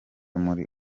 muri